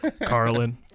Carlin